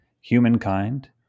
Humankind